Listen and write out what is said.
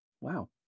Wow